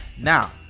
now